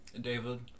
David